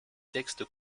textes